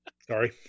Sorry